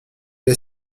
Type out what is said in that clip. est